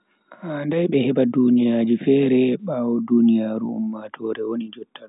Handai be heba duniyaaji fere bawo diniyaaru ummatore woni jotta do.